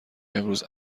امروز